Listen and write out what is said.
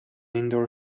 indoor